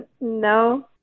No